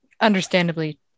understandably